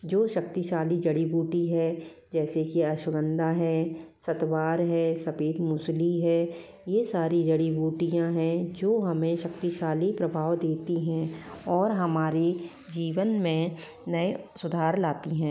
जो शक्तिशाली जड़ी बूटी है जैसे कि अश्वगंधा है सत्वार है सफेद मुसली है ये सारी जड़ी बूटियाँ हैं जो हमें शक्तिशाली प्रभाव देती हैं और हमारी जीवन में नए सुधार लाती हैं